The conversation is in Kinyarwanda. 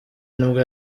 nibwo